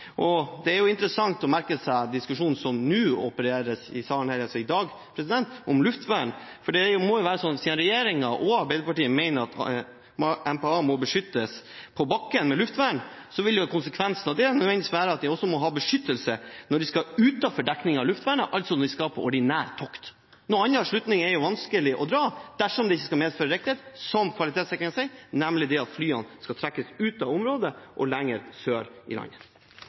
Det er interessant å merke seg diskusjonen som går i salen her i dag om luftvern. Det må jo være sånn at siden regjeringen og Arbeiderpartiet mener at MPA må beskyttes på bakken med luftvern, vil konsekvensen av det nødvendigvis være at de også må ha beskyttelse når de skal utenfor dekning av luftvernet, altså når de skal på ordinært tokt. Noen annen slutning er vanskelig å dra dersom det ikke skal medføre riktighet, som kvalitetssikringen sier, at flyene skal trekkes ut av området og lenger sør i landet.